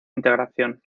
integración